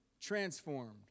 Transformed